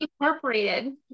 incorporated